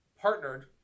partnered